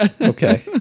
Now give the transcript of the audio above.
Okay